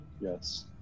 yes